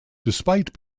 despite